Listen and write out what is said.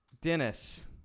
Dennis